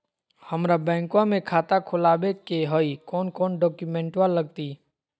हमरा बैंकवा मे खाता खोलाबे के हई कौन कौन डॉक्यूमेंटवा लगती?